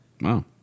Wow